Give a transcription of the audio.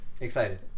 Excited